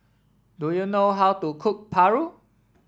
do you know how to cook Paru